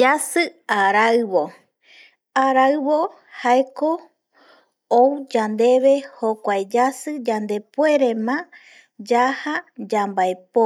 Yasɨ araɨvo araɨbo jaeko ou yandeve jakuae yasi yandepuierena yaja yanvaepo